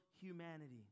humanity